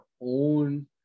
own